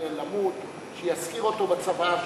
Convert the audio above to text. למות שיזכיר אותו בצוואה שלו.